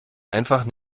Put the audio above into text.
einfach